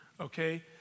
okay